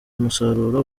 umusaruro